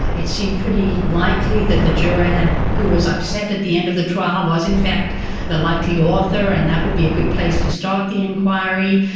it seemed pretty likely that the juror ah who was upset at the end of the trial was in fact the likely author and that would be a good place to start the enquiry.